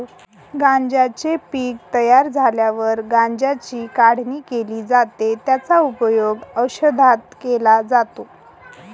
गांज्याचे पीक तयार झाल्यावर गांज्याची काढणी केली जाते, त्याचा उपयोग औषधात केला जातो